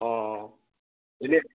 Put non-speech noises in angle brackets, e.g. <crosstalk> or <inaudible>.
অ' অ' <unintelligible>